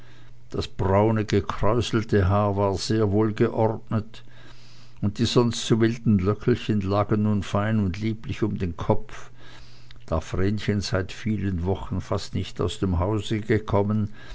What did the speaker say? das braune gekräuselte haar war sehr wohl geordnet und die sonst so wilden löckchen lagen nun fein und lieblich um den kopf da vrenchen seit vielen wochen fast nicht aus dem hause gekommen